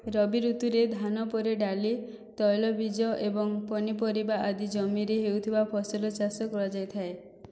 ରବି ଋତୁରେ ଧାନ ପରେ ଡାଲି ତୈଳବୀଜ ଏବଂ ପନିପରିବା ଆଦି ଜମିରେ ହେଉଥିବା ଫସଲ ଚାଷ କରାଯାଇଥାଏ